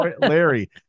Larry